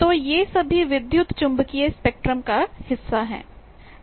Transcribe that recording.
तो ये सभी विद्युत चुम्बकीय स्पेक्ट्रम का हिस्सा हैं